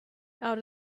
out